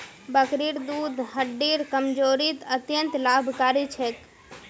बकरीर दूध हड्डिर कमजोरीत अत्यंत लाभकारी छेक